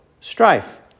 strife